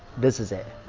this is it.